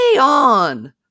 on